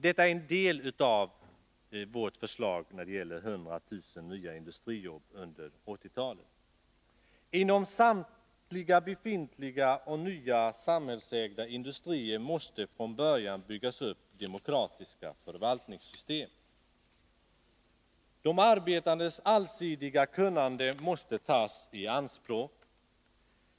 Detta är en del av vårt förslag när det gäller 100 000 nya industrijobb under 1980-talet. Inom samtliga befintliga och nya samhällsägda industrier måste från början byggas upp demokratiska förvaltningssystem. De arbetandes allsidiga kunnande måste tas i anspråk.